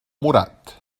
morat